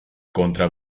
contra